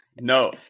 No